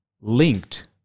linked